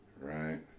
Right